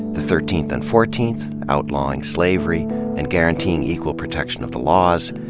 the thirteenth and fourteenth, outlawing slavery and guaranteeing equal protection of the laws.